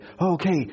Okay